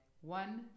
one